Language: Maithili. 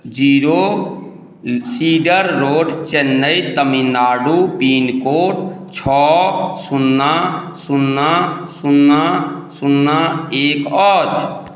zero cedar road Chennai Tamil Nadu pincode छओ सुन्ना सुन्ना सुन्ना सुन्ना एक अछि